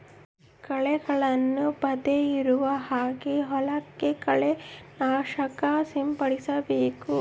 ಕಳೆಗಳನ್ನ ಬರ್ದೆ ಇರೋ ಹಾಗೆ ಹೊಲಕ್ಕೆ ಕಳೆ ನಾಶಕ ಸಿಂಪಡಿಸಬೇಕು